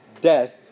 death